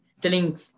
telling